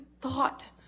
thought